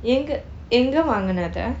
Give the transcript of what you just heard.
எங்கு எங்கே வாங்கினேன் அதே:enku enkei vankinen athai